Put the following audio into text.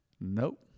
nope